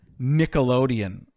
Nickelodeon